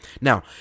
Now